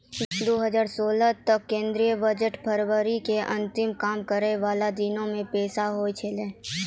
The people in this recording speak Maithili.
दु हजार सोलह तक केंद्रीय बजट फरवरी के अंतिम काम करै बाला दिनो मे पेश होय छलै